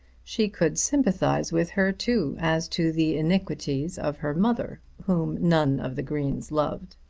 she could sympathise with her too, as to the iniquities of her mother, whom none of the greens loved.